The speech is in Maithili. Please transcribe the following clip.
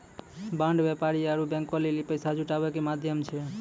बांड व्यापारी आरु बैंको लेली पैसा जुटाबै के माध्यम छै